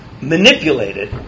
manipulated